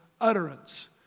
utterance